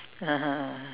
(uh huh)